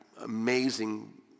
amazing